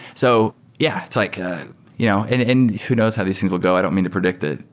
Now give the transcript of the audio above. so yeah, like you know and and who knows how these things will go? i don't mean to predict it.